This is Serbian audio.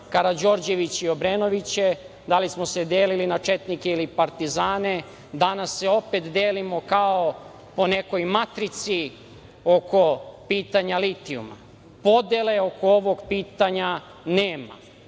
Karađorđeviće i Obrenoviće, da li smo se delili na četnike ili partizane, danas se opet delimo kao po nekoj matrici oko pitanja litijuma. Podele oko ovog pitanja nema.